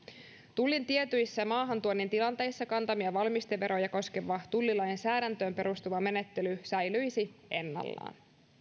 tullin tietyissä maahantuonnin tilanteissa kantamia valmisteveroja koskeva tullilainsäädäntöön perustuva menettely säilyisi ennallaan